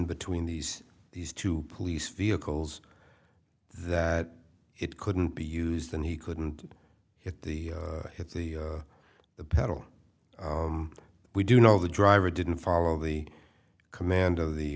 between these these two police vehicles that it couldn't be used and he couldn't hit the hit the the pedal we do know the driver didn't follow the command of the